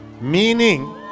meaning